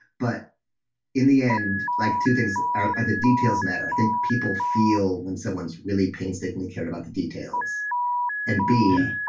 but in the end, like two things are are the details met. i think people feel when someone's really painstakingly cared about the details and b,